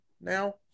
now